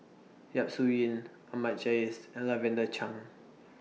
Yap Su Yin Ahmad Jais and Lavender Chang